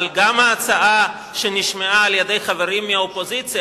אבל גם ההצעה שנשמעה מהחברים מהאופוזיציה,